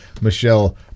Michelle